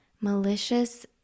malicious